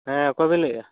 ᱦᱮᱸ ᱚᱠᱚᱭ ᱵᱮᱱ ᱞᱟᱹᱭᱮᱜᱼᱟ